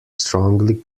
strongly